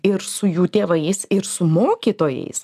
ir su jų tėvais ir su mokytojais